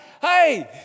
hey